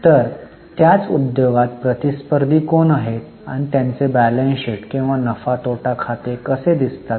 तर त्याच उद्योगात प्रतिस्पर्धी कोण आहेत आणि त्यांचे बॅलन्स शीट किंवा नफा तोटा खाते कसे दिसतात